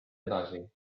edasi